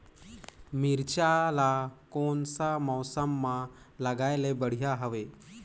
मिरचा ला कोन सा मौसम मां लगाय ले बढ़िया हवे